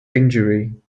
injury